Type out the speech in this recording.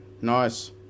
nice